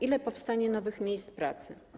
Ile powstanie nowych miejsc pracy?